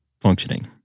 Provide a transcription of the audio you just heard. functioning